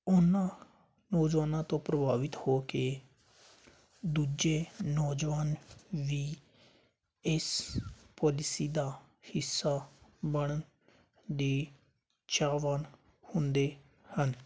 ਉਹਨਾਂ ਨੌਜਵਾਨਾਂ ਤੋਂ ਪ੍ਰਭਾਵਿਤ ਹੋ ਕੇ ਦੂਜੇ ਨੌਜਵਾਨ ਵੀ ਇਸ ਪੋਲਿਸੀ ਦਾ ਹਿੱਸਾ ਬਣਨ ਦੇ ਚਾਹਵਾਨ ਹੁੰਦੇ ਹਨ